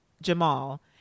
Jamal